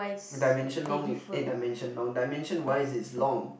dimension long eh dimension long dimension wise is long